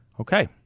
Okay